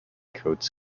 codes